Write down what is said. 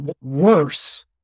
worse